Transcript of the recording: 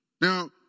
now